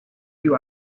you